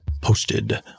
posted